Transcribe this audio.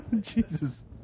Jesus